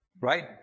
right